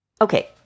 Okay